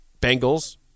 Bengals